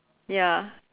ya